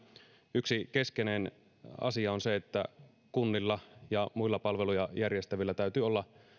yksi keskeinen asia on se että kunnilla ja muilla palveluja järjestävillä täytyy olla